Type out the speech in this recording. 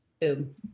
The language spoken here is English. boom